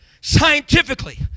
Scientifically